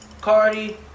cardi